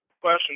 question